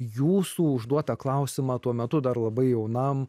jūsų užduotą klausimą tuo metu dar labai jaunam